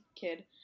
kid